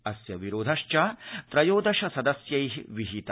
अस्य विरोध च त्रयोदश सदस्यै विहित